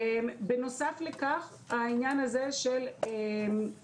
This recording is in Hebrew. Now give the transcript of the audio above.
בנוסף לכך, העניין של תקינה.